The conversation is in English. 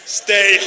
stay